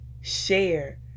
share